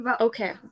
Okay